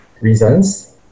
reasons